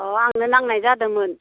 अह आंनो नांनाय जादोंमोन